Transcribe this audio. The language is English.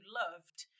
loved